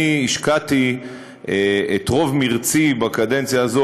אני השקעתי את רוב מרצי בקדנציה הזאת,